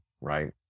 right